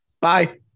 Bye